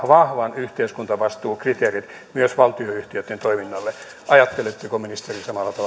vahva yhteiskuntavastuukriteeri myös valtionyhtiöitten toiminnalle ajatteletteko ministeri